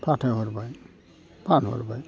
फाथाय हरबाय फनहरबाय